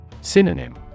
Synonym